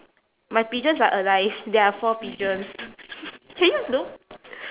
my pigeons are alive there are four pigeons can you don't